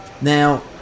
Now